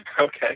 okay